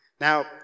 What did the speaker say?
Now